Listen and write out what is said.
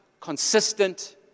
Consistent